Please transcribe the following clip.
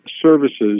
services